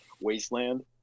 wasteland